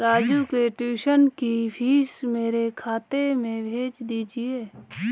राजू के ट्यूशन की फीस मेरे खाते में भेज दीजिए